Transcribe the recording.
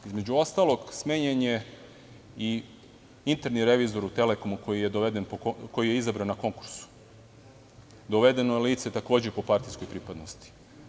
Između ostalog, smenjen je i interni revizor u "Telekomu", koji je izabran na konkursu i dovedeno je lice, takođe, po partijskoj pripadnosti.